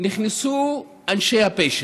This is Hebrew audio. נכנסו אנשי הפשע,